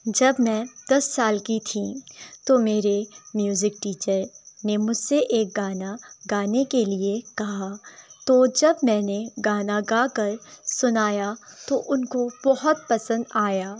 جب میں دس سال کی تھی تو میرے میوزک ٹیچر نے مجھ سے ایک گانا گانے کے لیے کہا تو جب میں نے گانا گا کر سنایا تو ان کو بہت پسند آیا